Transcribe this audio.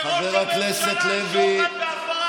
בראש הממשלה, שוחד והפרת אמונים.